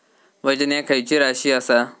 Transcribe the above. वजन ह्या खैची राशी असा?